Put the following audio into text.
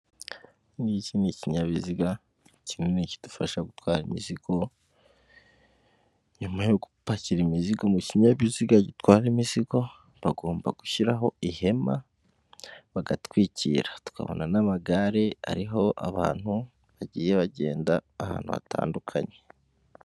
Iki ni ikinyabiziga kinini kidufasha gutwara imizigo, nyuma yo gupakira imizigo mu kinyabiziga gitwara imizigo bagomba gushyiraho ihema bagatwikira, tukabona n'amagare ariho abantu bagiye bagenda ahantu hatandukanye.